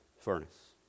furnace